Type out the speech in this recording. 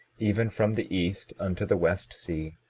even from the east unto the west sea,